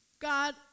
God